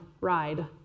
ride